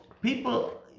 people